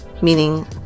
meaning